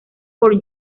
por